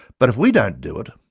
but if we don't do it,